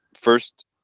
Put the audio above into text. First